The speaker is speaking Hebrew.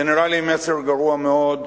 זה נראה לי מסר גרוע מאוד,